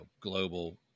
global